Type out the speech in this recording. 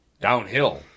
Downhill